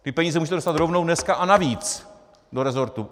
Ty peníze můžete dostat rovnou dneska a navíc do resortu.